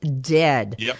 dead